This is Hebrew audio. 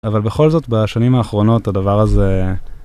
אבל בכל זאת, בשנים האחרונות הדבר הזה...